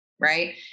right